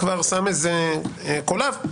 שם איזה קולב,